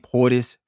Portis